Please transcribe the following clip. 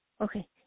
okay